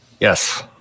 Yes